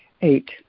eight